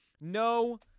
No